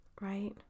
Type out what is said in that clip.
right